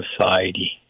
society